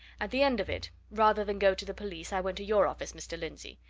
at the end of it, rather than go to the police, i went to your office, mr. lindsey.